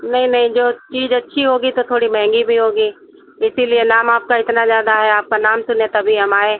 नहीं नहीं जो चीज़ अच्छी होगी तो थोड़ी महंगी भी होगी इसीलिए नाम आपका इतना ज़्यादा है आपका नाम सुने तभी हम आए